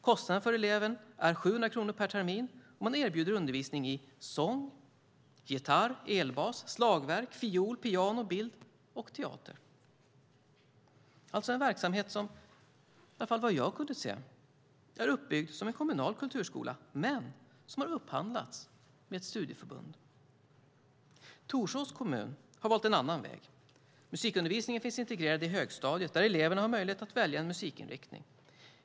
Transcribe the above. Kostnaden för eleven är 700 kronor per termin, och man erbjuder undervisning i sång, gitarr, elbas, slagverk, fiol, piano, bild och teater. Det är alltså en verksamhet som, i varje fall vad jag kan se, är uppbyggd som en kommunal kulturskola men som har upphandlats med ett studieförbund. Torsås kommun har valt en annan väg. Musikundervisningen finns integrerad i högstadiet, där eleverna har möjlighet att välja en musikinriktning.